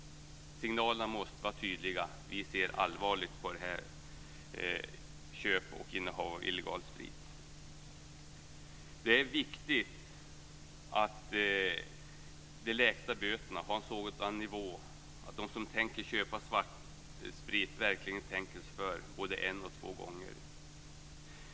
Signalerna måste vara tydliga: Vi ser allvarligt på köp och innehav av illegal sprit. Det är viktigt att de lägsta böterna har en sådan nivå att de som vill köpa svartsprit verkligen tänker sig för både en och två gånger.